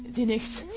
phoenix